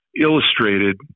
illustrated